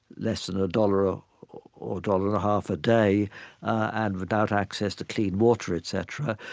less than a dollar or or dollar and a half a day and without access to clean water etcetera,